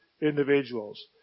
individuals